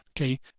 Okay